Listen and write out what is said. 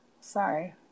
sorry